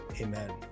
amen